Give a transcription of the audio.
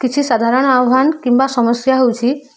କିଛି ସାଧାରଣ ଆହ୍ୱାନ କିମ୍ବା ସମସ୍ୟା ହେଉଛି